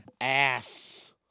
Ass